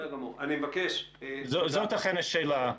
זו אכן השאלה.